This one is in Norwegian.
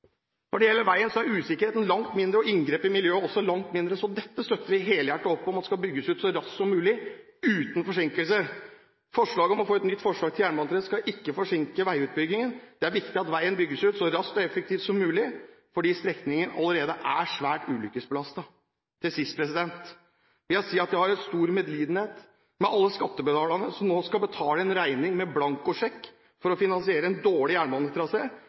Når det gjelder veien, er usikkerheten langt mindre og inngrepet i miljøet også langt mindre, så dette støtter vi helhjertet opp om at skal bygges ut så raskt som mulig, uten forsinkelser. Forslaget om å få et nytt forslag til jernbanetrasé skal ikke forsinke veiutbyggingen. Det er viktig at veien bygges ut så raskt og effektivt som mulig, fordi strekningen allerede er svært ulykkesbelastet. Til sist: Jeg vil si at jeg har stor medlidenhet med alle skattebetalerne, som skal betale en regning med blankosjekk for å finansiere en dårlig